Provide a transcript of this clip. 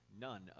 none